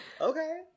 Okay